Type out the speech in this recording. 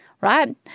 right